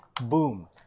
boom